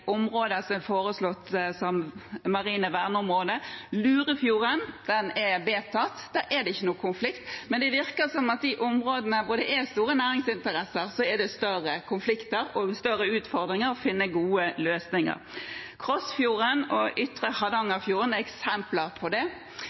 er foreslått som marine verneområder. Lurefjorden: Den er vedtatt, der er det ikke noe konflikt, men det virker som at i de områdene hvor det er store næringsinteresser, er det større konflikter og større utfordringer med å finne gode løsninger. Krossfjorden og Ytre Hardangerfjord er eksempler på det.